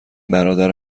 برادر